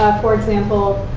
for example,